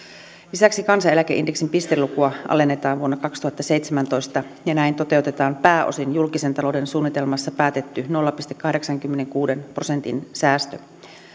lisäksi kansaneläkeindeksin pistelukua alennetaan vuonna kaksituhattaseitsemäntoista ja näin toteutetaan pääosin julkisen talouden suunnitelmassa päätetty nolla pilkku kahdeksankymmenenkuuden prosentin säästö